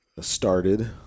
started